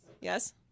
Yes